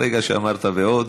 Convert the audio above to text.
ברגע שאמת "ועוד",